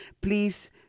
please